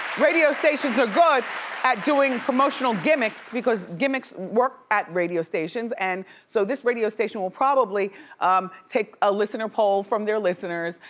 radio stations are good at doing promotional gimmicks, because gimmicks work at radio stations and so this radio station will probably take a listener poll from their listeners,